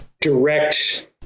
direct